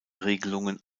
regelungen